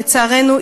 לצערנו,